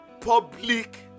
public